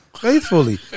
faithfully